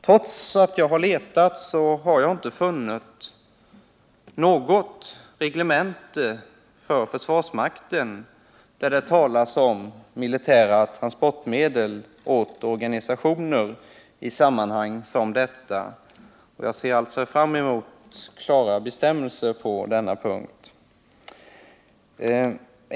Trots att jag har letat, har jag inte funnit något reglemente för försvarsmakten där det talas om militära transportmedel åt organisationer i sammanhang som detta. Jag ser därför fram emot klara bestämmelser på denna punkt.